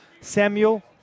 Samuel